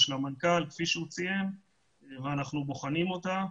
למנכ"ל כפי שהוא ציין ואנחנו בוחנים אותה.